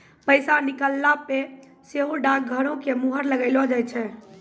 पैसा निकालला पे सेहो डाकघरो के मुहर लगैलो जाय छै